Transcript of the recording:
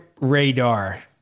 radar